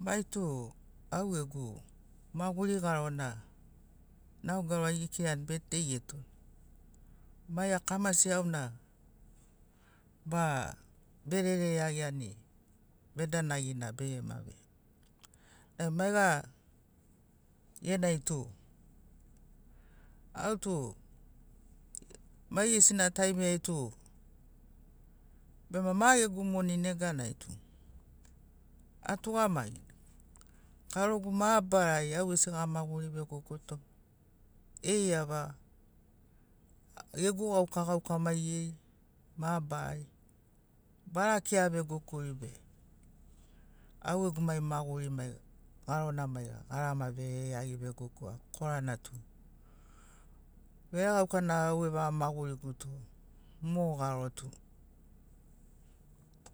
Maitu au gegu maguri garona nao garo ai gikirani birthday getoni. Maiga kamasi auna ba verere iagiani vedanagina `begema vei. Nai maiga genai tu au tu maigesina taimiai tu bema ma gegu moni neganai tu atugamagini, karogu mabarari au gesi gamaguri vegogoto eiava gegu gauka gauka maigeri mabarari bara kea vegogori be, au gegu mai maguri maiaga garona maiga garama verevogogo iagia. Korana tu veregauka na au evaga maguriguto mo garo tu